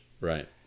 Right